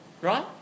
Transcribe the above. right